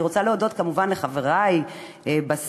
אני רוצה להודות כמובן לחברי בסיעה,